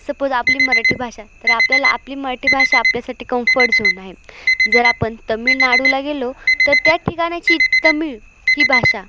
suppose आपली मराठी भाषा तर आपल्याला आपली मराठी भाषा आपल्यासाठी कम्फर्ट झोन आहे जर आपण तमिळनाडूला गेलो तर त्या ठिकाणाची तमिळ ही भाषा